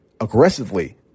aggressively